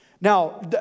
Now